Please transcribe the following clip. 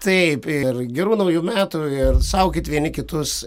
taip ir gerų naujų metų ir saugokit vieni kitus